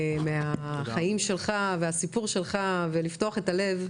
מהחיים שלך ומהסיפור שלך ולפתוח את הלב,